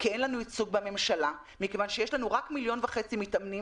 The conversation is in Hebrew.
כי אין לנו ייצוג בממשלה כיוון שיש לנו רק מיליון וחצי מתאמנים